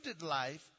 life